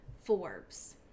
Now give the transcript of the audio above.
Forbes